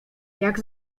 jak